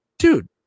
dude